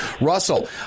Russell